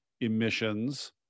emissions